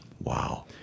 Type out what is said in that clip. Wow